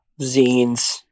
zines